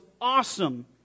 awesome